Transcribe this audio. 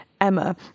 Emma